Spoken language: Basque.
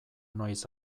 noiz